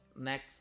next